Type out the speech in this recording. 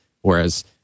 whereas